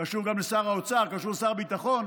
קשור גם לשר אוצר, קשור לשר הביטחון.